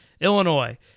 Illinois